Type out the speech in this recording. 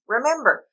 Remember